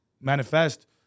manifest